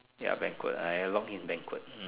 ya banquet I along in banquet